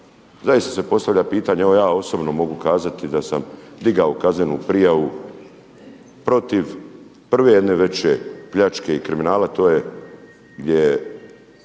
Zaista se postavlja pitanje evo ja osobno mogu kazati da sam digao kaznenu prijavu protiv prve jedne veće pljačke i kriminala, to je gdje